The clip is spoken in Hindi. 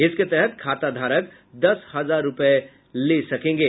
इसके तहत खाताधारक दस हजार रूपये ले सकेंगे